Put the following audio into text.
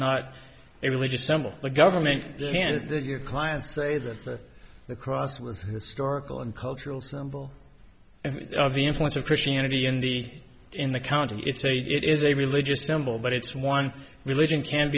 not a religious symbol the government can be a client say that the cross with historical and cultural symbol of the influence of christianity in the in the county it's a it is a religious symbol but it's one religion can